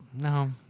no